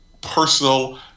personal